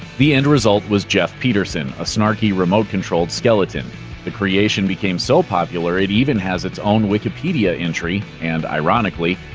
the end result was geoff peterson, a snarky, remote-controlled skeleton the creation became so popular it even has its own wikipedia entry and ironically,